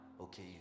Okay